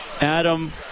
Adam